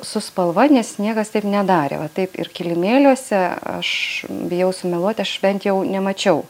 su spalva nes niekas taip nedarė va taip ir kilimėliuose aš bijau sumeluoti aš bent jau nemačiau